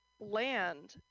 land